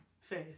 faith